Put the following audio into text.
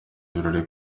ibirori